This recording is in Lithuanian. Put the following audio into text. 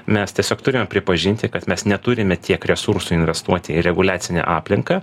mes tiesiog turime pripažinti kad mes neturime tiek resursų investuoti į reguliacinę aplinką